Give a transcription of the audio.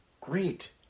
great